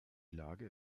lage